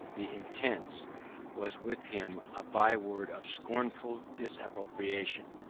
the intense was with him a bye-word of scornful disapprobation.